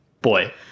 Boy